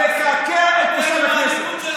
אתם מקעקעים את מוסד הכנסת.